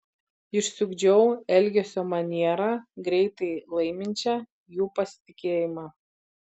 išsiugdžiau elgesio manierą greitai laiminčią jų pasitikėjimą